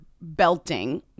belting